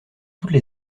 toutes